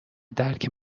درک